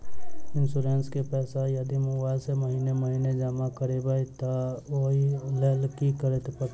Insurance केँ पैसा यदि मोबाइल सँ महीने महीने जमा करबैई तऽ ओई लैल की करऽ परतै?